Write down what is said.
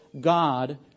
God